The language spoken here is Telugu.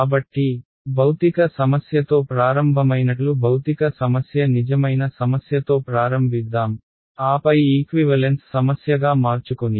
కాబట్టి భౌతిక సమస్యతో ప్రారంభమైనట్లు భౌతిక సమస్య నిజమైన సమస్యతో ప్రారంభిద్దాం ఆపై ఈక్వివలెన్స్ సమస్యగా మార్చుకొని